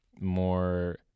more